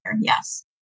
yes